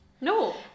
no